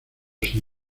sin